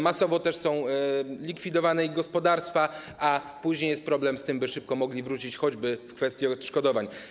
Masowo są likwidowane ich gospodarstwa, a później jest problem z tym, by szybko mogli wrócić choćby do kwestii odszkodowań.